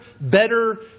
Better